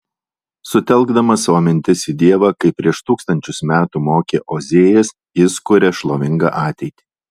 sutelkdamas savo mintis į dievą kaip prieš tūkstančius metų mokė ozėjas jis kuria šlovingą ateitį